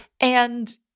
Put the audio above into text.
And-